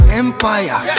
empire